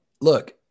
look